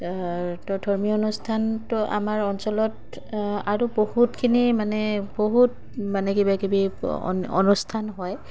তো ধৰ্মীয় অনুষ্ঠানটো আমাৰ অঞ্চলত আৰু বহুতখিনি মানে বহুত মানে কিবাকিবি অনুষ্ঠান হয়